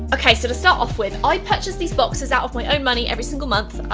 okay, so to start off with, i purchased these boxes out of my own money every single month.